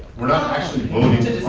we're not actually voting